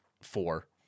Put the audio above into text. four